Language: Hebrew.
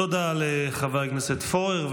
תודה לחבר הכנסת פורר.